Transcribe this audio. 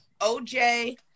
OJ